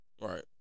Right